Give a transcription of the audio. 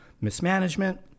mismanagement